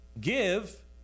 Give